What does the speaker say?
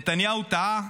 נתניהו טעה,